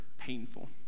painful